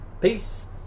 Peace